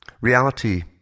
Reality